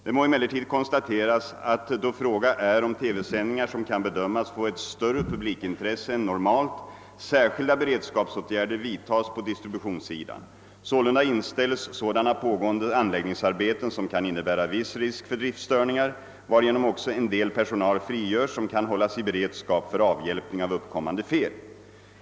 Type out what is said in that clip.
Det må emellertid konstateras, att då fråga är om TV-sändningar som kan bedömas få ett större publikintresse än normalt särskilda beredskapsåtgärder vidtas på distributionssidan. Sålunda inställs sådana pågående anläggningsarbeten som kan innebära viss risk för driftstörningar, varigenom också en del personal frigörs som kan hållas i beredskap för avhjälpning av uppkommande fel.